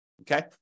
okay